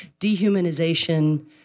dehumanization